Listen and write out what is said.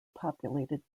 populated